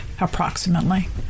approximately